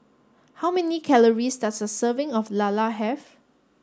how many calories does a serving of Lala have